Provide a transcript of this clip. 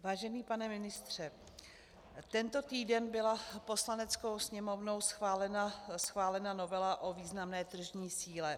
Vážený pane ministře, tento týden byla Poslaneckou sněmovnou schválena novela o významné tržní síle.